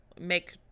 make